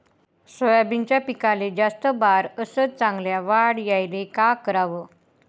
सोयाबीनच्या पिकाले जास्त बार अस चांगल्या वाढ यायले का कराव?